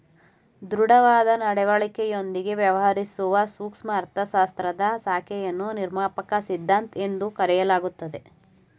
ದೃಢವಾದ ನಡವಳಿಕೆಯೊಂದಿಗೆ ವ್ಯವಹರಿಸುವ ಸೂಕ್ಷ್ಮ ಅರ್ಥಶಾಸ್ತ್ರದ ಶಾಖೆಯನ್ನು ನಿರ್ಮಾಪಕ ಸಿದ್ಧಾಂತ ಎಂದು ಕರೆಯಲಾಗುತ್ತದೆ